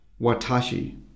Watashi